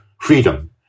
freedom